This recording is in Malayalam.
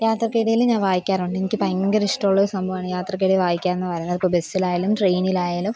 യാത്രയ്ക്കിടയിൽ ഞാൻ വായിക്കാറുണ്ട് എനിക്ക് ഭയങ്കര ഇഷ്ടമുള്ള ഒരു സംഭവമാണ് യാത്രയ്ക്കിടെ വായിക്കുക എന്ന് പറയുന്നത് ഇപ്പം ബസ്സിലായാലും ട്രെയിനിൽ ആയാലും